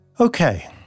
Okay